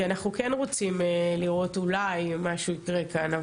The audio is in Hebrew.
כי אנחנו כן רוצים לראות האם אולי משהו יקרה כאן,